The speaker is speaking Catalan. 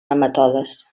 nematodes